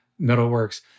Metalworks